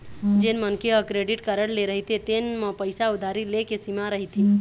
जेन मनखे ह क्रेडिट कारड ले रहिथे तेन म पइसा उधारी ले के सीमा रहिथे